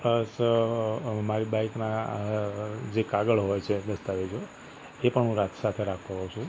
plus મારી બાઈકના જે કાગળ હોય છે દસ્તાવેજો એ પણ હું રા સાથે રાખતો હોઉં છું